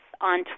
on